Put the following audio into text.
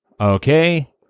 Okay